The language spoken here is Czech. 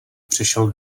přešel